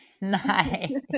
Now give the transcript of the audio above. Nice